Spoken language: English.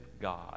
God